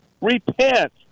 Repent